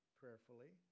prayerfully